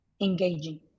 engaging